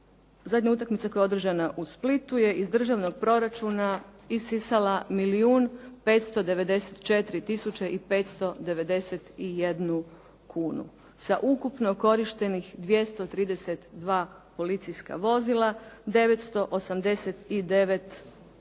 zadnja utakmica koja je održana u Splitu je iz državnog proračuna isisala milijun 594 tisuće 591 kunu. Sa ukupno korištenih 232 policijska vozila, 989